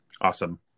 awesome